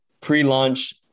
pre-launch